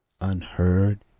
unheard